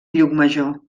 llucmajor